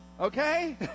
okay